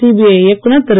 CBI இயக்குநர் திரு